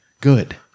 Good